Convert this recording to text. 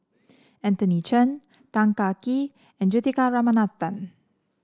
Anthony Chen Tan Kah Kee and Juthika Ramanathan